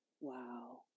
Wow